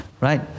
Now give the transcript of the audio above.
right